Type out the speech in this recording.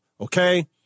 Okay